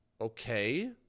Okay